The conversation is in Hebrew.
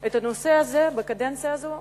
את הנושא הזה בקדנציה הזו,